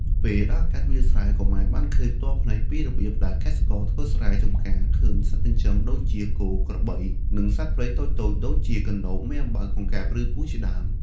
ពេលដើរកាត់វាលស្រែ កុមារបានឃើញផ្ទាល់ភ្នែកពីរបៀបដែលកសិករធ្វើស្រែ ចម្ការ ឃើញសត្វចិញ្ចឹមដូចជាគោ ក្របី និងសត្វព្រៃតូចៗ ដូចជាកណ្ដូប មេអំបៅ កង្កែប ឬពស់ជាដើម។